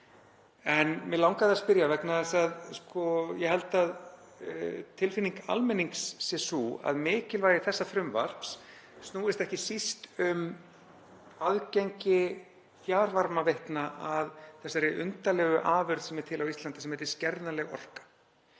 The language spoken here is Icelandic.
En mig langaði að spyrja, því að ég held að tilfinning almennings sé sú að mikilvægi þessa frumvarps snúist ekki síst um aðgengi fjarvarmaveitna að þessari undarlegu afurð sem er til á Íslandi sem heitir skerðanleg orka,